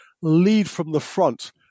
lead-from-the-front